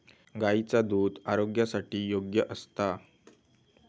गायीचा दुध आरोग्यासाठी योग्य असता